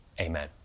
Amen